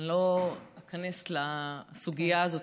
אני לא איכנס לסוגיה הזאת.